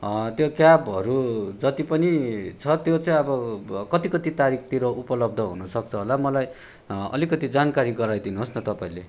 त्यो क्याबहरू जति पनि छ त्यो चाहिँ अब कति कति तारिकतिर उपलब्ध हुनसक्छ होला मलाई अलिकति जानकारी गराइदिनु होस् न तपाईँले